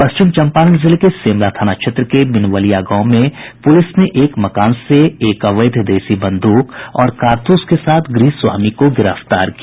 पश्चिम चंपारण जिले के सेमरा थाना क्षेत्र के बिनवलिया गांव से पुलिस ने एक मकान से एक अवैध देसी बंदूक और कारतूस के साथ गृहस्वामी को गिरफ्तार किया